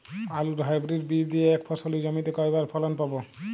আলুর হাইব্রিড বীজ দিয়ে এক ফসলী জমিতে কয়বার ফলন পাব?